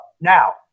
Now